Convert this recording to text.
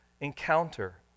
encounter